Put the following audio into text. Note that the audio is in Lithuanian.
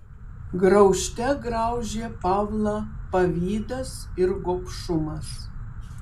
graužte graužė pavlą pavydas ir gobšumas